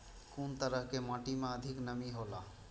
कुन तरह के माटी में अधिक नमी हौला?